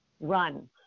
Run